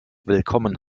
willkommen